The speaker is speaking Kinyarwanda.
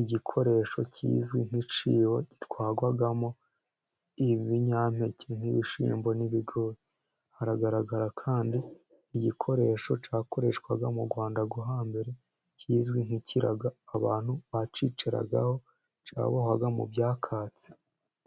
igikoresho kizwi nk' icyibo gitwarwagamo ibinyampeke, nk'ibishyimbo n'ibigori hagaragara kandi igikoresho cakoreshwaga mu Rwanda rwo hambere, kizwi nk'ikirago abantu bacicaragaho cabohwaga mu byakatsi.